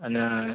અને